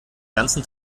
ganzen